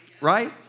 right